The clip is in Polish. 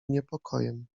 niepokojem